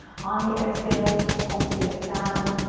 on the exhale, palms face down.